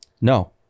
No